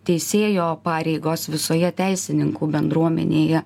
teisėjo pareigos visoje teisininkų bendruomenėje